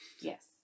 Yes